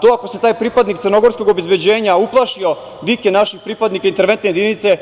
To ako se taj pripadnik crnogorskog obezbeđenja uplašio vike naših pripadnika interventne jedinice,